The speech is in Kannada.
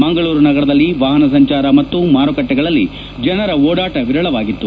ಮಂಗಳೂರು ನಗರದಲ್ಲಿ ವಾಹನ ಸಂಚಾರ ಮತ್ತು ಮಾರುಕಟ್ಟೆಗಳಲ್ಲಿ ಜನರ ಓಡಾಟ ವಿರಳವಾಗಿತ್ತು